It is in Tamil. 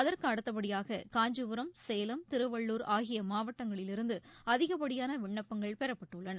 அதற்கு அடுத்தபடியாக காஞ்சிபுரம் சேலம் திருவள்ளூர் ஆகிய மாவட்டங்களிலிருந்து அதிகப்படியான விண்ணப்பங்கள் பெறப்பட்டுள்ளன